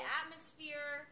atmosphere